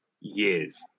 years